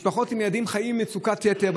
הוא שמשפחות עם ילדים חיות במצוקה יתרה,